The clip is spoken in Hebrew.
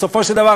בסופו של דבר,